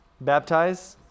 Baptize